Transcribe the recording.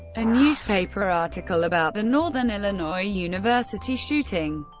a newspaper article about the northern illinois university shooting,